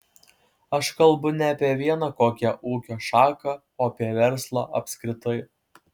aš kalbu ne apie vieną kokią ūkio šaką o apie verslą apskritai